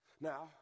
Now